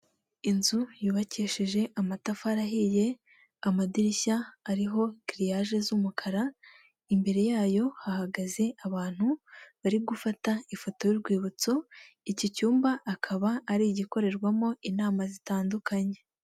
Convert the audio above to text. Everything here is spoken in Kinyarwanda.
Inzu yubakishije amatafari ahiye, amadirishya ariho giriyaje z'umukara, imbere yayo hahagaze abantu bari gufata ifoto y'urwibutso, iki cyumba akaba ari igikorerwamo inama zitandukanye.